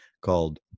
called